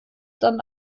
dann